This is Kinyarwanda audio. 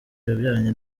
yabyaranye